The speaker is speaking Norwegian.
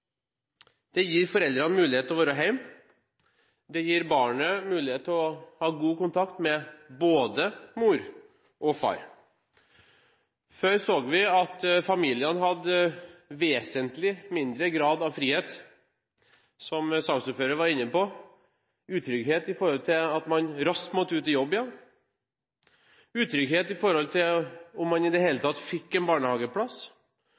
Det gir foreldrene mulighet til å være hjemme, og det gir barnet mulighet til å ha god kontakt med både mor og far. Før så vi at familiene hadde vesentlig mindre grad av frihet, som saksordføreren var inne på, utrygghet med hensyn til at man raskt måtte ut i jobb igjen, utrygghet med hensyn til om man i det hele tatt fikk en barnehageplass,